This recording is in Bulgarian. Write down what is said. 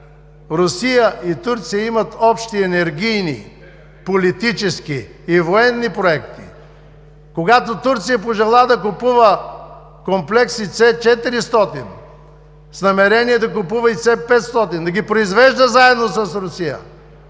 Русия и Турция имат общи енергийни, политически и военни проекти, когато Турция пожела да купува комплекси С-400, с намерение да купува и С-500, да ги произвежда заедно с Русия,